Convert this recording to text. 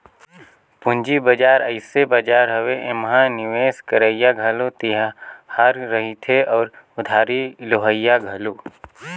पंूजी बजार अइसे बजार हवे एम्हां निवेस करोइया घलो तियार रहथें अउ उधारी लेहोइया घलो